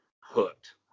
hooked